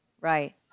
right